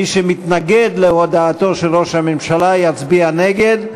מי שמתנגד להודעתו של ראש הממשלה, יצביע נגד.